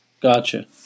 Gotcha